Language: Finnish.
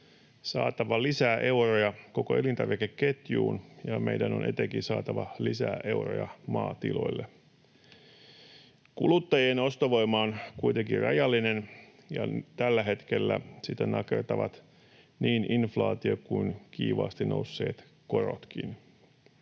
saatava lisää euroja koko elintarvikeketjuun, ja meidän on etenkin saatava lisää euroja maatiloille. Kuluttajien ostovoima on kuitenkin rajallinen, ja tällä hetkellä sitä nakertavat niin inf-laatio kuin kiivaasti nousseet korotkin.